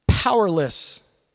Powerless